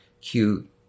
cute